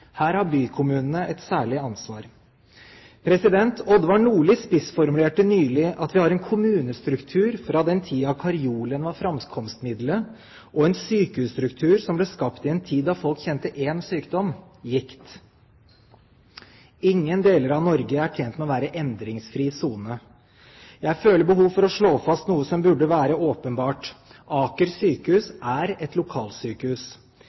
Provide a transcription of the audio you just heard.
Her har bykommunene et særlig ansvar. Odvar Nordli spissformulerte det nylig slik at vi har en kommunestruktur fra den tiden karjolen var framkomstmiddelet, og en sykehusstruktur som ble skapt i en tid da folk kjente én sykdom, gikt. Ingen deler av Norge er tjent med å være endringsfri sone. Jeg føler behov for å slå fast noe som burde være åpenbart: Aker sykehus er et lokalsykehus.